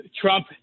Trump